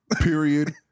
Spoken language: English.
period